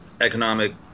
economic